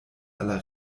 aller